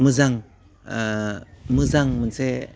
मोजां ओह मोजां मोनसे